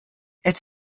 its